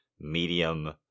medium